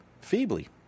Feebly